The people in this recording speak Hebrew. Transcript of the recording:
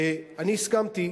אני הסכמתי,